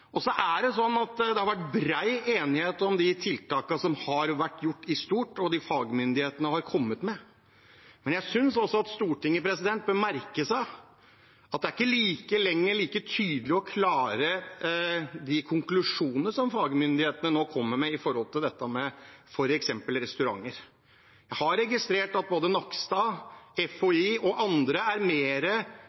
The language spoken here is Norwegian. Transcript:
Det er alvorlig. Det har i stort vært bred enighet om de tiltakene som har vært gjort, og det som fagmyndighetene har kommet med, men jeg synes også at Stortinget bør merke seg at de konklusjonene som fagmyndighetene nå kommer med, ikke lenger er like tydelige og klare, når det gjelder f.eks. dette med restauranter. Jeg har registrert at både Nakstad, FHI og andre er